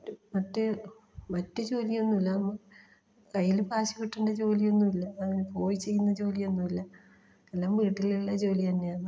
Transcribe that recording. മറ്റ് മറ്റ് ജോലിയൊന്നുല്ല കയ്യിൽ കാശ് കിട്ടേണ്ട ജോലിയൊന്നും ഇല്ല പോയി ചെയ്യുന്ന ജോലിയൊന്നും ഇല്ല എല്ലാം വീട്ടിലുള്ള ജോലി തന്നെയാണ്